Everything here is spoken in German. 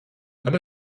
alle